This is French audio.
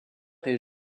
est